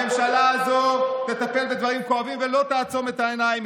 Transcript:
הממשלה תטפל בדברים כואבים ולא תעצום את העיניים.